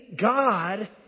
God